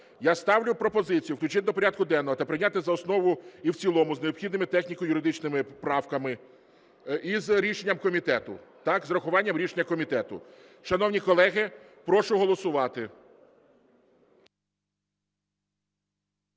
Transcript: Я ставлю пропозицію включити до порядку денного та прийняти за основу і в цілому з необхідними техніко-юридичними правками і з рішенням комітету. Так, з врахуванням